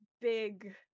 big